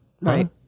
Right